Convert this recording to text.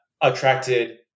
attracted